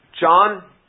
John